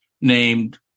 named